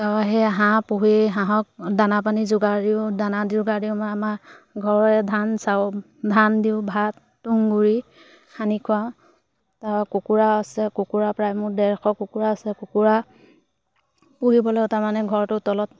তাৰ সেই হাঁহ পুহি হাঁহক দানা পানী যোগাৰ দিওঁ দানা যোগাৰ দিওঁ মই আমাৰ ঘৰৰে ধান চাউল ধান দিওঁ ভাত তুঁহগুৰি সানি খোৱাওঁ তাৰপৰা কুকুৰা আছে কুকুৰা প্ৰায় মোৰ ডেৰশ কুকুৰা আছে কুকুৰা পুহিবলৈ তাৰমানে ঘৰটোৰ তলত